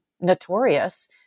notorious